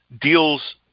deals